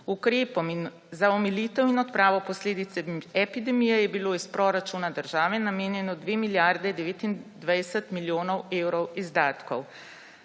Ukrepom za omilitev in odpravo posledic epidemije je bilo iz proračuna države namenjeno 2 milijardi 29 milijonov evrov izdatkov.